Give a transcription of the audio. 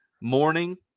morning